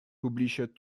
published